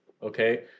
Okay